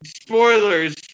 spoilers